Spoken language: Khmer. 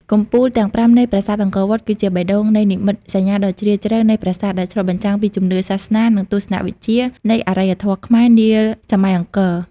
កំពូលទាំងប្រាំនៃប្រាសាទអង្គរវត្ត គឺជាបេះដូងនៃនិមិត្តសញ្ញាដ៏ជ្រាលជ្រៅនៃប្រាសាទ ដែលឆ្លុះបញ្ចាំងពីជំនឿសាសនា និងទស្សនវិជ្ជានៃអរិយធម៌ខ្មែរនាសម័យអង្គរ។